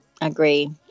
Agree